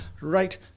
right